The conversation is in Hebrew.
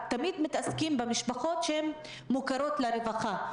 תמיד מתעסקים במשפחות שהן מוכרות לרווחה.